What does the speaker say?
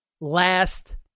last